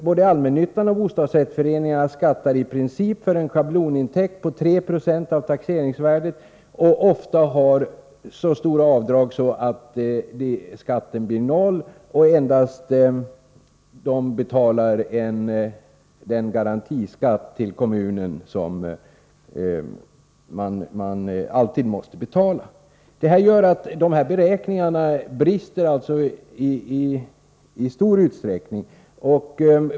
Både allmännyttan och bostadsrättsföreningarna skattar i princip för en schablonintäkt på 3 26 av taxeringsvärdet men har ofta så stora avdrag att skatten blir noll, och man betalar endast den garantiskatt till kommunen som alltid måste betalas. Lars Anderstigs beräkningar brister alltså i många avseenden.